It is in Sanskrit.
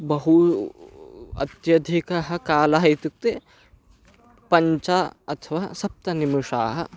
बहु अत्यधिकः कालः इत्युक्ते पञ्च अथवा सप्तनिमिषाः